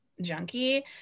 junkie